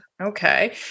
Okay